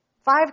Five